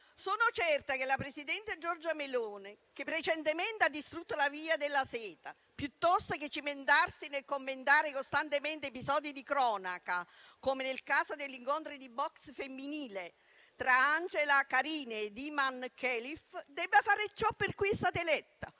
Sono certa che la presidente Giorgia Meloni, che precedentemente ha distrutto la Via della Seta, piuttosto che cimentarsi nel commentare costantemente episodi di cronaca - come nel caso degli incontri di *boxe* femminile tra Angela Carini ed Imane Khelif - farà ciò per cui è stata eletta,